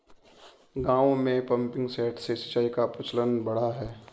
गाँवों में pumping set से सिंचाई का प्रचलन बढ़ा है